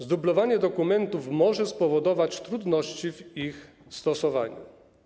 Zdublowanie dokumentów może spowodować trudności w ich stosowaniu.